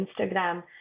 Instagram